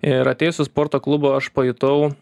ir atėjus į sporto klubą aš pajutau